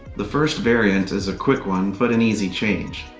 the first variant is a quick one, but an easy change.